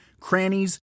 crannies